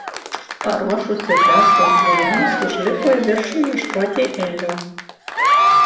paruošusi tešlą blynams užlipo į viršų ieškoti elio